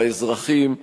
באזרחים,